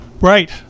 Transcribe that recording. Right